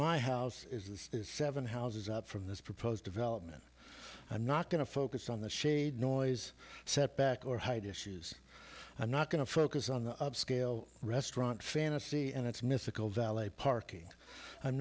my house is seven houses up from this proposed development i'm not going to focus on the shade noise setback or hide issues i'm not going to focus on the upscale restaurant fantasy and its mystical valet parking i'm